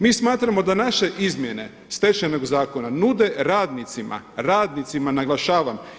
Mi smatramo da naše izmjene Stečajnog zakona nude radnicima, radnicima, naglašavam.